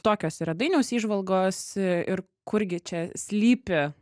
tokios yra dainiaus įžvalgos ir kurgi čia slypi